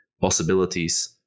possibilities